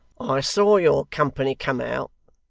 i saw your company come out,